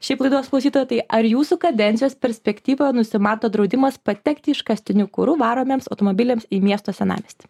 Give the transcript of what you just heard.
šiaip laidos klausytojo tai ar jūsų kadencijos perspektyvoje nusimato draudimas patekti iškastiniu kuru varomiems automobiliams į miesto senamiestį